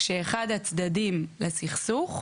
כשאחד הצדדים לסכסוך,